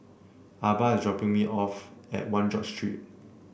Arba dropping me off at One George Street